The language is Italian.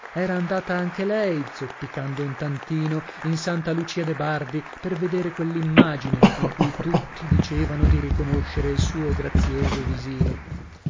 era andata anche lei zoppicando un tantino in santa lucia de bardi per vedere quell'immagine in cui tutti dicevano di riconoscere il suo grazioso visino